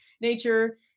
nature